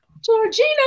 Georgina